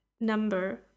number